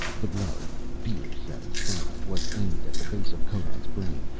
the blow, fierce and silent, was aimed at the base of conan's brain.